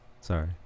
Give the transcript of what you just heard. Sorry